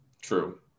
true